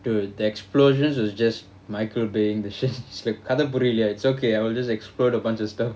dude the explosions was just michael bay th~ s~ கதபுரியலையா:katha puriyaillaiya it's okay I will just explode a bunch of stuff